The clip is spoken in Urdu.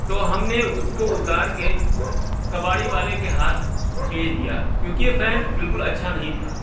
تو ہم نے اس کو اتار کے کباڑی والے کے ہاتھ بیچ دیا کیونکہ یہ فین بالکل اچھا نہیں تھا